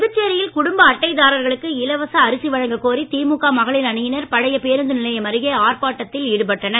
புதுச்சேரியில் குடும்ப அட்டைதாரர்களுக்கு இலவச அரிசி வழங்கக் கோரி திமுக மகளிர் அணியினர் பழைய பேருந்து நிலையம் அருகே ஆர்ப்பாட்டத்தில் ஈடுபட்டனர்